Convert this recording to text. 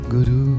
Guru